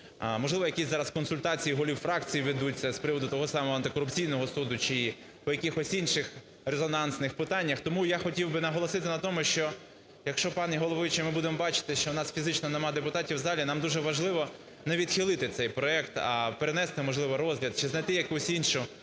Можливо якісь зараз консультації голів фракції ведуться з приводу того самого антикорупційного суду чи по якихось інших резонансних питаннях. Тому я хотів би наголосити на тому, що, якщо, пані головуюча, ми будемо бачити, що у нас фізично немає депутатів в залі, нам дуже важливо не відхилити цей проект, а перенести, можливо, розгляд. Чи знайти якусь іншу